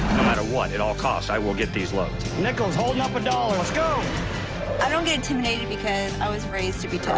matter what it all costs i will get these loads nickels holding up a dollar let's go i don't get intimidated because i was raised to be told